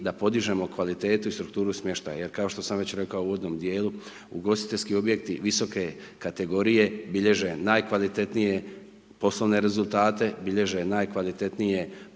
da podižemo kvalitetu i strukturu smještaja. Jer kao što sam već rekao u uvodnom dijelu, ugostiteljski objekti visoke kategorije bilježe najkvalitetnije poslovne rezultate, bilježe najkvalitetnije fizičke